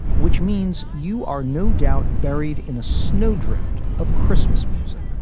which means you are no doubt buried in a snow drift of christmas music,